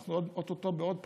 שאנחנו או-טו-טו בעוד בחינה,